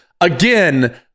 again